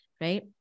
right